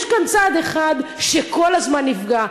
יש כאן צד אחד שכל הזמן נפגע.